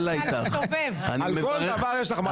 על כל דבר יש לך מה להגיד.